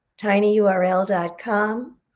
tinyurl.com